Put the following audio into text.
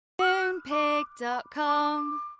Moonpig.com